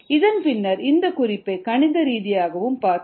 இதன் பின்னர் இந்த குறிப்பை கணித ரீதியாகவும் பார்த்தோம்